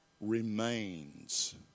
remains